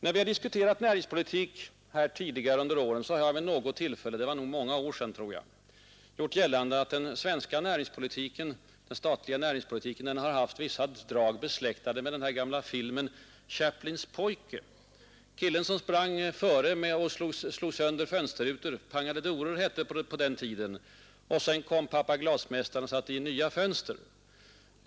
När vi har diskuterat näringspolitik tidigare under åren har jag vid något tillfälle — det var nog många år sedan — gjort gällande att den svenska statliga näringspolitiken har haft vissa drag besläktade med den gamla filmen om Chaplins pojke; killen som sprang i förväg och slog sönder fönsterrutor — pangade doror hette det på den tiden — och sedan kom pappa glasmästaren och satte in nya fönster.